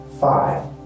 Five